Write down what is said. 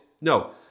No